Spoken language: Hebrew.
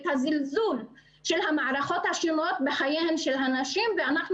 את הזלזול של המערכות השונות בחיי הנשים ואנחנו